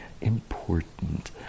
important